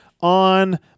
on